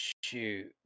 shoot